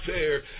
fair